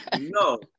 no